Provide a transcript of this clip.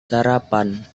sarapan